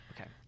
okay